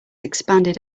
expanded